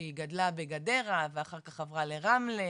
שהיא גדלה בגדרה ואחר כך עברה לרמלה,